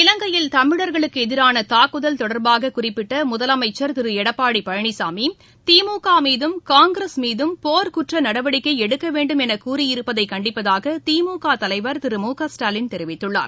இலங்கையில் தமிழர்களுக்கு எதிரான தாக்குதல் தொடர்பாக குறிப்பிட்ட முதலமைச்சர் திரு எடப்பாடி பழனிசாமி திமுக மீதும் காங்கிரஸ் மீதும் போர் குற்ற நடவடிக்கை எடுக்க வேண்டும் என கூறியிருப்பதை கண்டிப்பதாக திமுக தலைவர் திரு மு க ஸ்டாலின் தெரிவித்துள்ளார்